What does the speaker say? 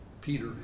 PETER